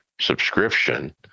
subscription